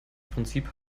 prinzip